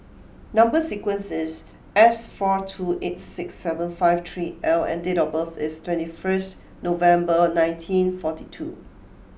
number sequence is S four two eight six seven five three L and date of birth is twenty first November nineteen forty two